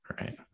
right